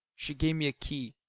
she gave me a key,